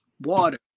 water